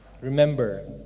remember